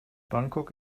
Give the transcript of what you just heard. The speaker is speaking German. bangkok